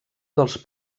dels